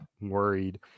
worried